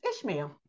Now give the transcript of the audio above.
Ishmael